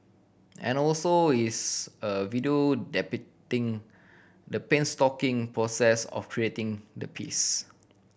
and also is a video depicting the painstaking process of creating the piece